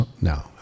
no